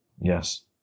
Yes